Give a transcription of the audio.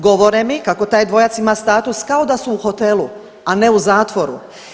Govore mi kako taj dvojac ima status kao da su u hotelu, a ne u zatvoru.